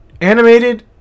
animated